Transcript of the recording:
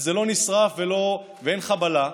וזה לא נשרף ואין חבלה,